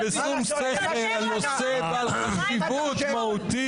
תספר לנו מה עם הפיצול.